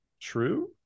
true